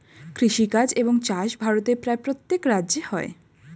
কৃষিকাজ এবং চাষ ভারতের প্রায় প্রত্যেক রাজ্যে হয়